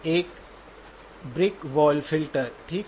एक brick wall filter ठीक है